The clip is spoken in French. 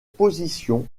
positions